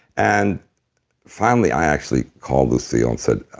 and finally i actually called lucille and said,